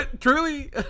Truly